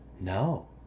No